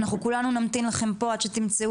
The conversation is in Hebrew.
אנחנו כולנו נמתין לכם פה עד שתמצאו